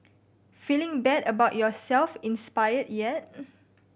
feeling bad about yourself inspired yet